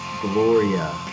Gloria